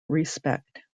respect